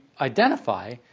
identify